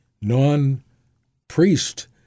non-priest